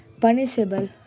punishable